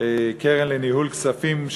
קרן לניהול כספים,